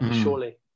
Surely